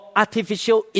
artificial